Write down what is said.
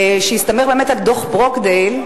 שהסתמך באמת על דוח-ברוקדייל,